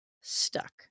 stuck